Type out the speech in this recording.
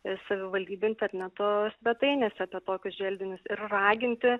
ir savivaldybių interneto svetainėse apie tokius želdinius ir raginti